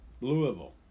Louisville